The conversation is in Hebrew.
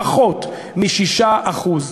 פחות מ-6%.